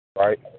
right